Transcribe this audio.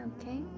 okay